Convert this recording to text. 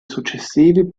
successivi